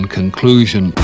conclusion